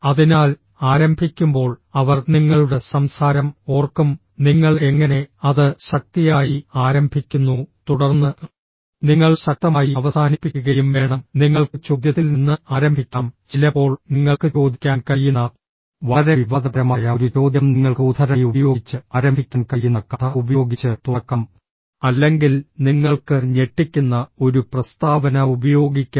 അതിനാൽ ആരംഭിക്കുമ്പോൾ അവർ നിങ്ങളുടെ സംസാരം ഓർക്കും നിങ്ങൾ എങ്ങനെ അത് ശക്തിയായി ആരംഭിക്കുന്നു തുടർന്ന് നിങ്ങൾ ശക്തമായി അവസാനിപ്പിക്കുകയും വേണം നിങ്ങൾക്ക് ചോദ്യത്തിൽ നിന്ന് ആരംഭിക്കാം ചിലപ്പോൾ നിങ്ങൾക്ക് ചോദിക്കാൻ കഴിയുന്ന വളരെ വിവാദപരമായ ഒരു ചോദ്യം നിങ്ങൾക്ക് ഉദ്ധരണി ഉപയോഗിച്ച് ആരംഭിക്കാൻ കഴിയുന്ന കഥ ഉപയോഗിച്ച് തുറക്കാം അല്ലെങ്കിൽ നിങ്ങൾക്ക് ഞെട്ടിക്കുന്ന ഒരു പ്രസ്താവന ഉപയോഗിക്കാം